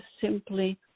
simply